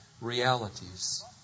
realities